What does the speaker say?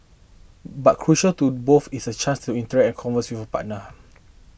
but crucial to both is a chance to interact and converse with a partner